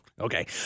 Okay